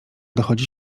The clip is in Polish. dochodzi